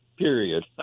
period